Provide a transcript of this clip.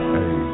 Hey